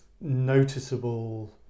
noticeable